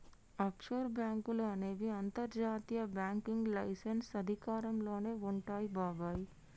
offshore బాంకులు అనేవి అంతర్జాతీయ బ్యాంకింగ్ లైసెన్స్ అధికారంలోనే వుంటాయి బాబాయ్